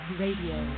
radio